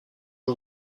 jeu